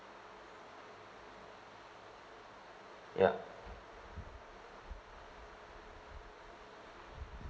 yup